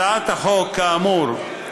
הצעת החוק, כאמור,